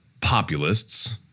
populists